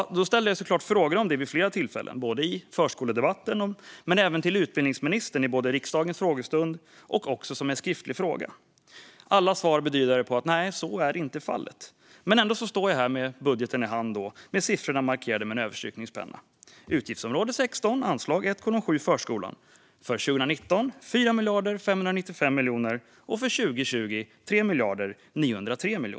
Jag ställde såklart frågor om det vid flera tillfällen, både i förskoledebatten och till utbildningsministern vid riksdagens frågestund och som en skriftlig fråga. Alla svar bedyrade att så inte var fallet. Ändå stod jag här med budgeten i handen och siffrorna markerade med överstrykningspenna: utgiftsområde 16, anslag 1:7 Förskolan . För 2019: 4 595 000 000, för 2020: 3 903 000 000.